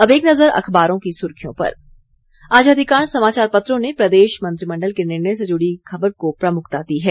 अब एक नजर अखबारों की सुर्खियों पर आज अधिकांश समाचार पत्रों ने प्रदेश मंत्रिमण्डल के निर्णय से जुड़ी खबर को प्रमुखता दी है